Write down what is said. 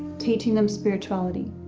teaching them spirituality.